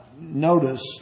notice